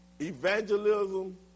evangelism